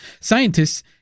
scientists